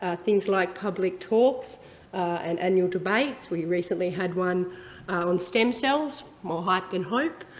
ah things like public talks and annual debates. we recently had one on stem cells, more hype than hope,